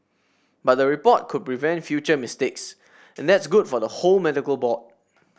but the report could prevent future mistakes and that's good for the whole medical board